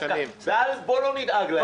בואו לא נדאג להם,